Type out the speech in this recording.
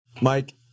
Mike